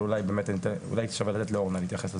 אבל אולי שווה לתת לאורנה להתייחס לזה.